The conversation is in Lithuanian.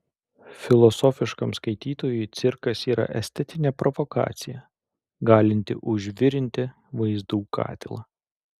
filosofiškam skaitytojui cirkas yra estetinė provokacija galinti užvirinti vaizdų katilą